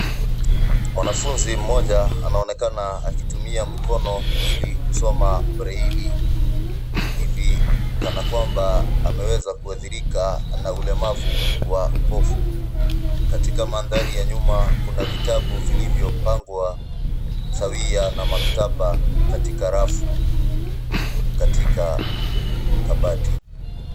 Mwanafunzi mmoja anaonekana akitumia mikono ili kusoma breli hivi kana kwamba ameweza kuadhirika na ulemavu wa upofu. Katika mandhari ya nyuma, kuna vitabu vilivyopangwa sawia na maktaba katika rafu katika kabati.